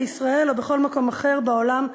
בישראל או בכל מקום אחר בעולם שיבחרו.